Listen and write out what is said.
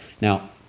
Now